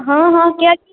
हाँ हाँ कियाकि